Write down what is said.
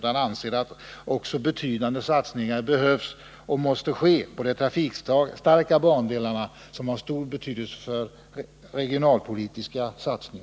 Vi anser att betydande satsningar behövs och måste ske också på de trafiksvaga bandelarna, som har stor betydelse för regionalpolitiken.